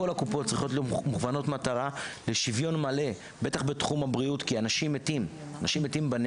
כל הקופות צריכות להיות מוכוונות מטרה לשוויון מלא כי אנשים מתים בנגב.